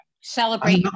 Celebrate